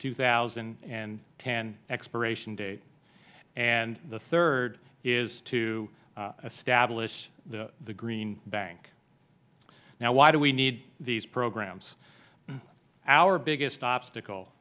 two thousand and ten expiration date and the third is to establish the green bank now why do we need these programs our biggest obstacle